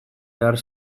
behar